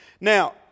Now